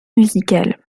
musical